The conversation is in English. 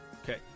okay